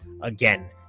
again